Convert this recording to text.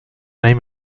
name